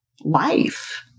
life